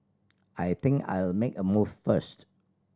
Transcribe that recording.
I think I'll make a move first